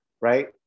right